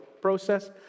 process